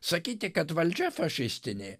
sakyti kad valdžia fašistinė